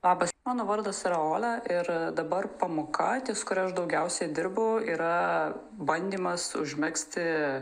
labas mano vardas yra olia ir dabar pamoka ties kuria aš daugiausiai dirbu yra bandymas užmegzti